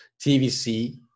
TVC